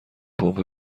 پمپ